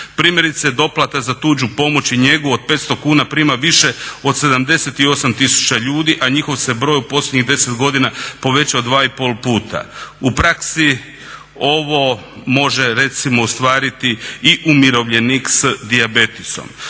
Primjerice, doplata za tuđu pomoć i njegu od 500 kuna prima više od 78 tisuća ljudi, a njihov se broj u posljednjih 10 godina povećao 2,5 puta. U praksi ovo može recimo ostvariti i umirovljenik s dijabetesom.